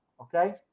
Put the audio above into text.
Okay